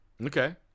Okay